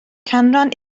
canran